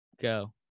Go